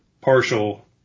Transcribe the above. partial